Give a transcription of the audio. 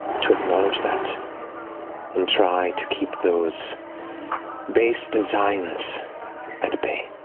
to acknowledge that and try to keep those base designs at bay.